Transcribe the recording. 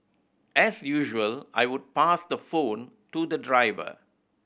as usual I would pass the phone to the driver